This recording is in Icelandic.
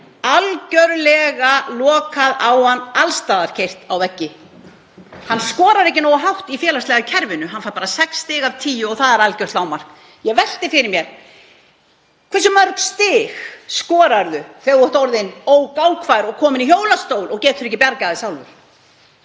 forseti, algerlega lokað á hann, alls staðar keyrt á veggi. Hann skorar ekki nógu hátt í félagslega kerfinu. Hann fær bara sex stig af tíu og það er algjört lágmark. Ég velti fyrir mér: Hversu mörg stig skorar þú þegar þú ert orðinn ógangfær og kominn í hjólastól og getur ekki bjargað þér sjálfur?